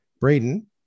Braden